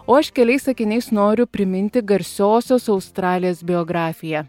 o aš keliais sakiniais noriu priminti garsiosios australės biografiją